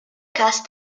cast